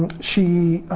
she